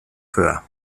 föhr